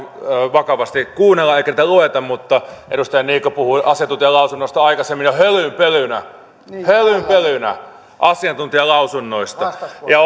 vakavasti kuunnella eikä niitä lueta mutta edustaja niikko puhui asiantuntijalausunnoista aikaisemmin jo hölynpölynä hölynpölynä asiantuntijalausunnoista ja